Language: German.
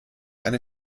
eine